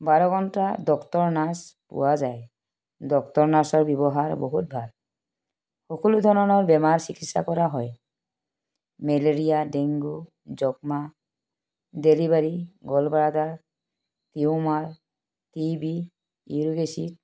বাৰ ঘণ্টা doctor nurse পোৱা যায় ডক্টৰ নাৰ্ছৰ ব্যৱহাৰ বহুত ভাল সকলো ধৰণৰ বেমাৰ চিকিৎসা কৰা হয় মেলেৰিয়া ডেংগু যক্ষ্মা delivery gall bladder tumour T B uric acid